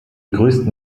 größten